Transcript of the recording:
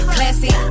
Classy